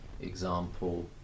example